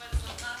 מברוכ.